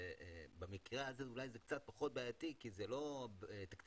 במקרה הזה זה קצת פחות בעייתי כי תקציב